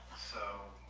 so